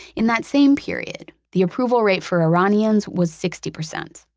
in that same period, the approval rate for iranians was sixty percent.